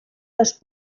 les